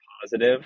positive